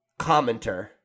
commenter